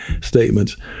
statements